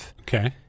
okay